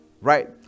right